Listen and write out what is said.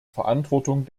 verantwortung